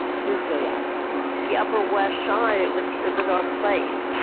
here's delia ephron the upper west side was. it was our place.